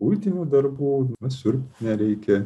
buitinių darbų na siurbt nereikia